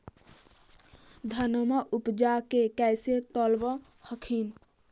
धनमा उपजाके कैसे तौलब हखिन?